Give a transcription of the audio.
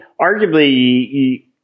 arguably